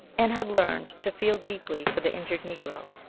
and had learned to feel deeply for the injured negro.